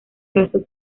caso